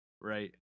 right